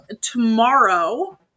tomorrow